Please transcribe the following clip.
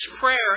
prayer